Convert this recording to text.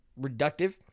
reductive